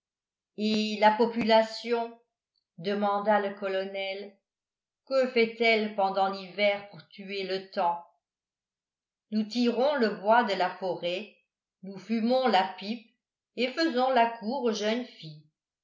et la population demanda le colonel que fait-elle pendant l'hiver pour tuer le temps nous tirons le bois de la forêt nous fumons la pipe et faisons la cour aux jeunes filles